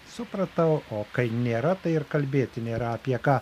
supratau o kai nėra tai ir kalbėti nėra apie ką